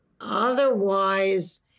otherwise